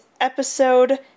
episode